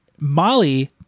Molly